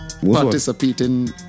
participating